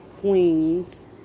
queens